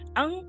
ang